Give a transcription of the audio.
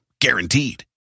Guaranteed